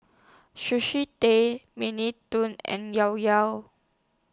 Sushi Tei Mini Toons and Llao Llao